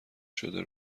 شده